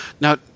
Now